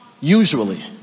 Usually